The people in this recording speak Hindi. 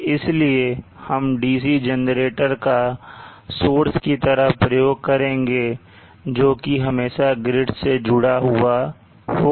इसलिए हम DC जेनरेटर का सोर्स की तरह प्रयोग करेंगे जो कि हमेशा grid से जुड़ा हुआ होगा